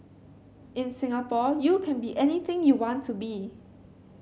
in Singapore you can be anything you want to be